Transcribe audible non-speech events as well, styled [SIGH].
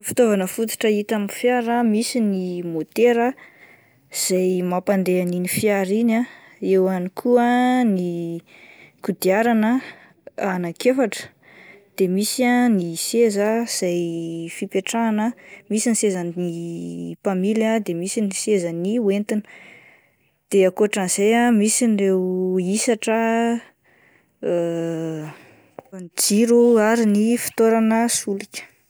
Ny fitaovana fototra hita amin'ny fiara ah ,misy ny motera izay mampandeha iny fiara iny ah, eo ihany koa ny kodiarana ah anaky efatra de misy ah ny seza izay fipetrahana ,misy ny sezan'ny mpamily dia misy ny sezan'ny hoentina de akotran'izay ah misy ireo hisatra ah [HESITATION] ny jiro ary ny fitoerana solika.